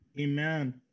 Amen